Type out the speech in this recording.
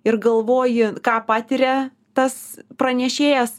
ir galvoji ką patiria tas pranešėjas